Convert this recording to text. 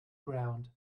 ground